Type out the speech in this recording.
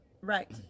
Right